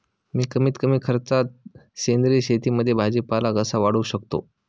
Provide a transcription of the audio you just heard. मी कमीत कमी खर्चात सेंद्रिय शेतीमध्ये भाजीपाला कसा वाढवू शकतो?